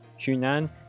Hunan